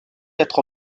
être